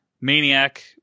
Maniac